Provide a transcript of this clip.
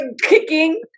kicking